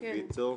ויצו,